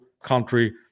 country